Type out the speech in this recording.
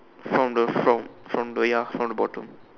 from the from from the ya from the bottom